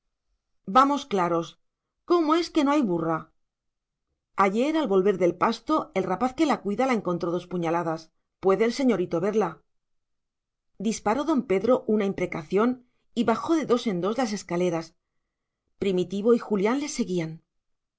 vamos claros cómo es que no hay burra ayer al volver del pasto el rapaz que la cuida le encontró dos puñaladas puede el señorito verla disparó don pedro una imprecación y bajó de dos en dos las escaleras primitivo y julián le seguían